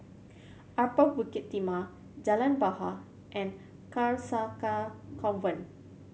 Upper Bukit Timah Jalan Bahar and Carcasa Convent